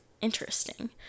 interesting